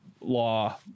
law